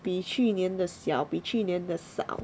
比去年的小比去年的少